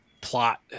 plot